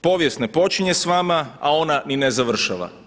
Povijest ne počinje s vama a ona ni ne završava.